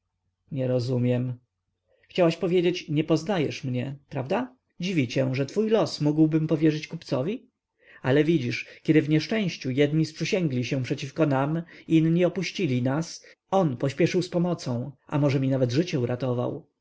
nie rozumiem chciałaś powiedzieć nie poznajesz mnie prawda dziwi cię to że twój los mógłbym powierzyć kupcowi ale widzisz kiedy w nieszczęściu jedni sprzysięgli się przeciw nam inni opuścili nas on pośpieszył z pomocą a może mi nawet życie uratował